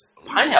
pineapple